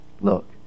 Look